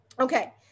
Okay